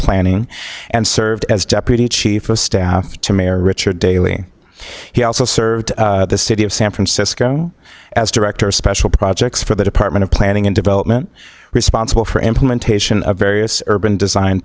planning and served as deputy chief of staff to mayor richard daley he also served the city of san francisco as director of special projects for the department of planning and development responsible for implementation of various urban design